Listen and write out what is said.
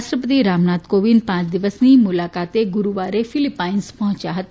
રાષ્ર્ પતિ રામનાથ કોવિંદ પાંચ દિવસની મુલાકાતે ગુરૂવારે ફિલિપાઇન્સ પહોંચ્યા હતા